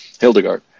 Hildegard